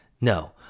No